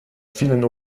vielen